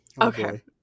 okay